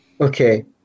Okay